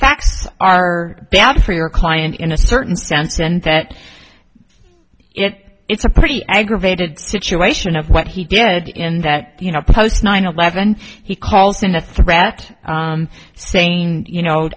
facts are bad for your client in a certain sense and that it it's a pretty aggravated situation of what he did in that you know post nine eleven he calls in a threat saying you know